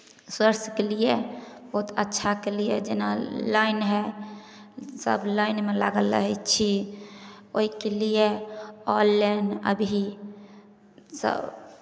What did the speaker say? स्वास्थके लिए बहुत अच्छा के लिए जेना लाइन हइ सभ लाइनमे लागल रहै छी ओहिके लिए ऑनलाइन अभी सभ